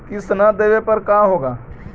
किस्त न देबे पर का होगा?